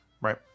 right